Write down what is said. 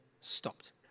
stopped